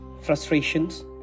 frustrations